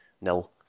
nil